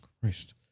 Christ